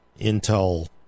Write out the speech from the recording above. intel